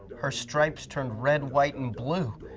her stripes turned red, white and blue,